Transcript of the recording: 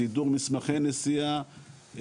סידור מסמכי נסיעה,